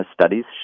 Studies